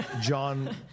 John